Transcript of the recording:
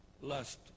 lust